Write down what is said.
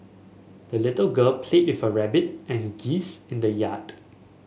the little girl played with her rabbit and geese in the yard